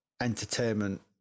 entertainment